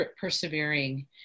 persevering